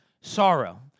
Sorrow